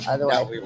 Otherwise